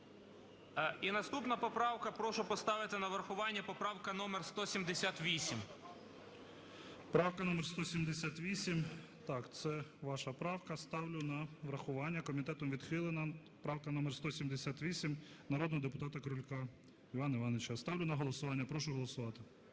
І наступна поправка. Прошу поставити на врахування поправку номер 178. ГОЛОВУЮЧИЙ. Правка номер 178, так, це ваша правка. Ставлю на врахування. Комітетом відхилена. Правка номер 178 народного депутата Крулька Івана Івановича. Ставлю на голосування. Прошу голосувати.